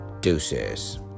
Deuces